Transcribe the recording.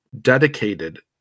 dedicated